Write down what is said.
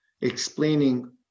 explaining